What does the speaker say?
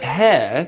hair